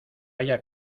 haya